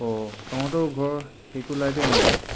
ও তহঁতৰ ঘৰ সেইটো লাইটে আনে নেকি